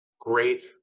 great